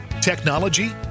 technology